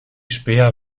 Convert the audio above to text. späher